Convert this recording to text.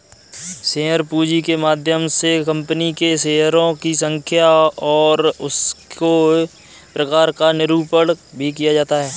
share पूंजी के माध्यम से कंपनी के शेयरों की संख्या और उसके प्रकार का निरूपण भी किया जाता है